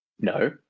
No